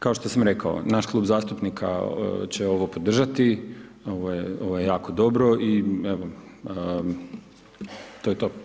Kao što sam rekao, naš klub zastupnika će ovo podržati, ovo je jako dobro i evo to je to.